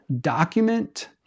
document